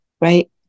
right